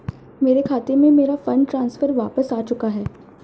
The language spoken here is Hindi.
मेरे खाते में, मेरा फंड ट्रांसफर वापस आ चुका है